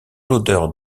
l’odeur